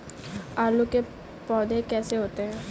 आलू के पौधे कैसे होते हैं?